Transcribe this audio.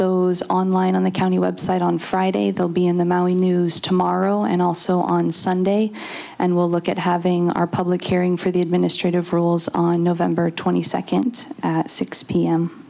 those online on the county website on friday they'll be in the mountain news tomorrow and also on sunday and will look at having our public airing for the administrative roles on november twenty second at six p